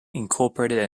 incorporated